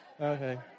Okay